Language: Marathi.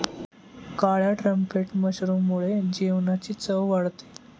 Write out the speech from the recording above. काळ्या ट्रम्पेट मशरूममुळे जेवणाची चव वाढते